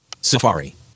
Safari